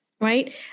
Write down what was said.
right